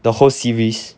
the whole series